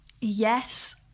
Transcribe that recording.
yes